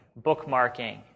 bookmarking